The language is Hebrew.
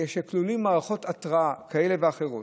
מערכות התראה כאלה ואחרות,